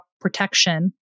protection